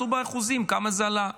חשבו באחוזים כמה זה עלה.